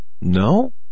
No